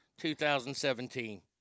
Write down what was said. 2017